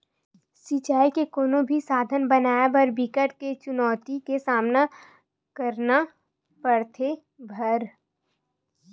सिचई के कोनो भी साधन बनाए बर बिकट के चुनउती के सामना करना परथे भइर